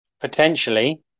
potentially